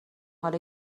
حالا